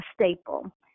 staple